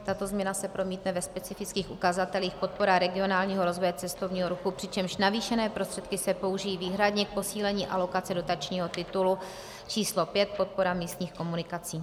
Tato změna se promítne ve specifických ukazatelích podpora regionálního rozvoje cestovního ruchu, přičemž navýšené prostředky se použijí výhradně k posílení alokace dotačního titulu č. 5 podpora místních komunikací.